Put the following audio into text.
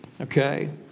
okay